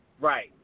Right